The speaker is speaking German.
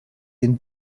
den